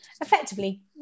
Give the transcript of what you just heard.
effectively